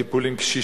אם טיפול בקשישים,